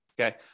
Okay